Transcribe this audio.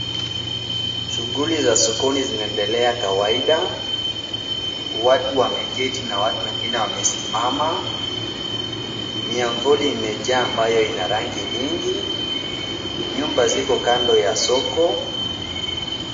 Shughuli za sokoni zinaendelea kawaida. Watu wameketi na watu wengine wamesimama. Miavuli imejaa ambayo ina rangi nyingi. Nyumba ziko kando ya soko.